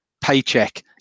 paycheck